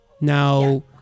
now